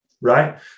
Right